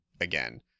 again